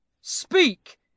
Speak